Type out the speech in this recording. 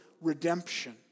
redemption